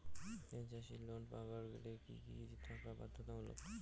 একজন চাষীর লোন পাবার গেলে কি কি থাকা বাধ্যতামূলক?